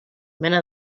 mena